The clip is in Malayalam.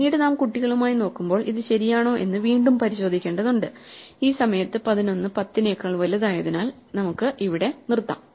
പിന്നീട് നാം കുട്ടികളുമായി നോക്കുമ്പോൾ ഇത് ശരിയാണോ എന്ന് വീണ്ടും പരിശോധിക്കേണ്ടതുണ്ട് ഈ സമയത്ത് 11 10 നേക്കാൾ വലുതായതിനാൽ നമ്മുടെ ഇവിടെ നിർത്താം